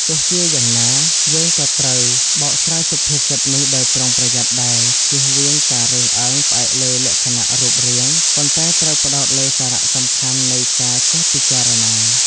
ទោះជាយ៉ាងណា យើងក៏ត្រូវបកស្រាយសុភាសិតនេះដោយប្រុងប្រយ័ត្នដែរ ជៀសវាងការរើសអើងផ្អែកលើលក្ខណៈរូបរាង ប៉ុន្តែត្រូវផ្តោតលើសារសំខាន់នៃការចេះពិចារណា។